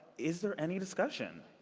is there any discussion?